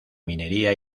minería